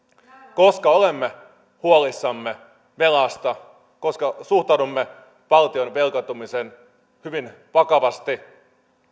koska olemme huolissamme velasta koska suhtaudumme valtion velkaantumiseen hyvin vakavasti